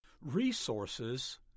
Resources